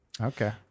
Okay